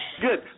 Good